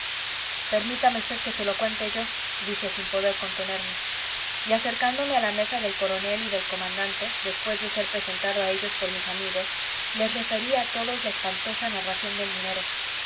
permítame v que se lo cuente yo dije sin poder contenerme y acercándome a la mesa del coronel y del comandante después de ser presentado a ellos por mis amigos les referí a todos la espantosa narración del minero